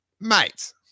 Mate